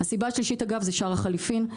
הסיבה השלישית זה שער החליפין,